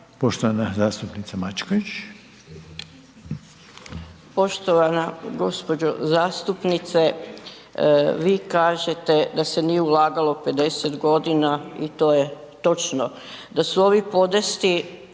Poštovana zastupnica Mačković.